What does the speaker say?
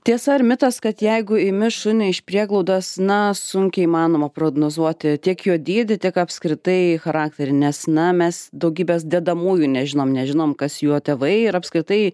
tiesa ar mitas kad jeigu imi šunį iš prieglaudos na sunkiai įmanoma prognozuoti tiek jo dydį tiek apskritai charakterį nes na mes daugybės dedamųjų nežinom nežinom kas jo tėvai ir apskritai